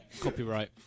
Copyright